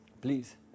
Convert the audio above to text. Please